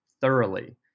thoroughly